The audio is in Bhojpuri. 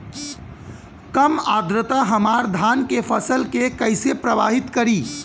कम आद्रता हमार धान के फसल के कइसे प्रभावित करी?